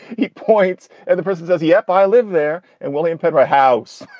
he points and the person says, yep, i live there. and william petteri house.